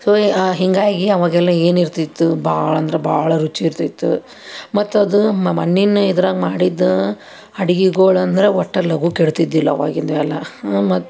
so ಹೀಗಾಗಿ ಅವಾಗೆಲ್ಲ ಏನು ಇರ್ತಿತ್ತು ಭಾಳ ಅಂದ್ರೆ ಭಾಳ ರುಚಿ ಇರ್ತಿತ್ತು ಮತ್ತು ಅದು ಮಣ್ಣಿನ ಇದ್ರಾಗ ಮಾಡಿದ್ದ ಅಡ್ಗೆಗಳು ಅಂದ್ರೆ ಒಟ್ಟು ಲಘು ಕೆಡ್ತಿದ್ದಿಲ್ಲ ಅವಾಗಿಂದ ಎಲ್ಲ ಮ